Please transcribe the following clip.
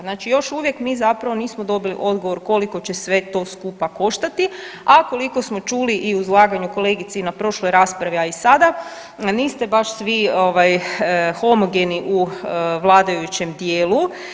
Znači još uvijek mi zapravo nismo dobili odgovor koliko će sve to skupa koštati, a koliko smo čuli i u izlaganju kolegice i na prošloj raspravi a i sada niste baš svi homogeni u vladajućem dijelu.